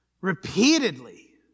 repeatedly